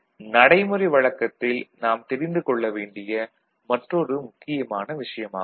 இது நடைமுறை வழக்கத்தில் நாம் தெரிந்து கொள்ள வேண்டிய மற்றுமொரு முக்கியமான விஷயம் ஆகும்